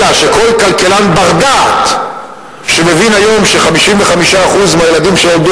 אלא כי כל כלכלן בר-דעת שמבין היום ש-55% מהילדים שנולדו